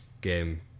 game